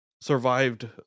Survived